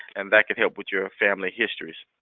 and that can help with your family histories.